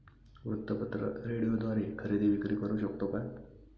वृत्तपत्र, रेडिओद्वारे खरेदी विक्री करु शकतो का?